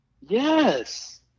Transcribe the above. Yes